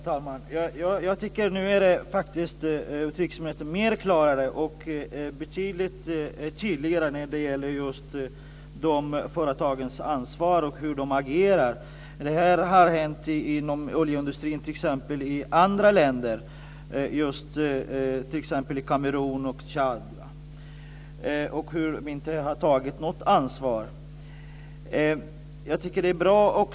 Herr talman! Nu är utrikesministern klarare och betydligt tydligare när det gäller företagens ansvar och agerande. Det här har hänt inom oljeindustrin i andra länder, t.ex. i Kamerun och Tchad, som inte har tagit något ansvar.